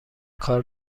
کار